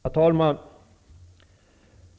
Herr talman!